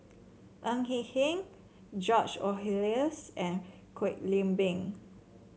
Ng Eng Hen George Oehlers and Kwek Leng Beng